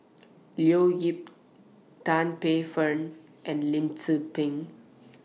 Leo Yip Tan Paey Fern and Lim Tze Peng